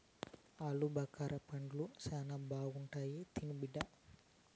ఆలుబుకారా పండ్లు శానా బాగుంటాయి తిను బిడ్డ